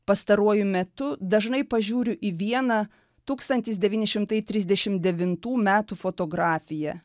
pastaruoju metu dažnai pažiūriu į vieną tūkstantis devyni šimtai trisdešim devintų metų fotografiją